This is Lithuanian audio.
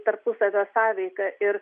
tarpusavio sąveiką ir